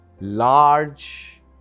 Large